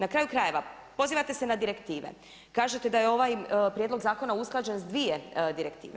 Na kraju krajeva, pozivate se na direktive, kažete da je ovaj prijedlog zakona usklađen sa dvije direktive.